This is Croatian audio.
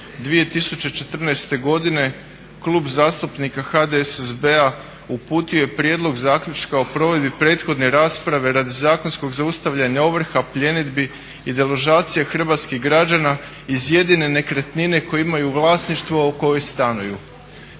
2014. godine Klub zastupnika HDSSB-a uputio je prijedlog zaključka o provedbi prethodne rasprave radi zakonskog zaustavljanja ovrha, pljenidbi i deložacije hrvatskih građana iz jedine nekretnine koju imaju u vlasništvu, a u kojoj stanuju.